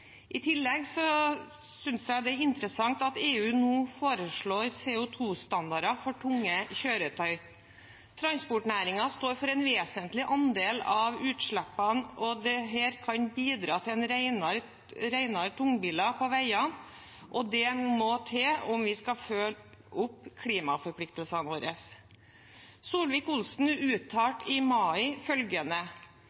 I tillegg synes jeg det er interessant at EU nå foreslår CO 2 -standarder for tunge kjøretøy. Transportnæringen står for en vesentlig andel av utslippene, og dette kan bidra til renere tungbiler på veiene, og det må til om vi skal følge opp klimaforpliktelsene våre.